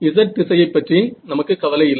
z திசையைப் பற்றி நமக்கு கவலை இல்லை